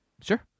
Sure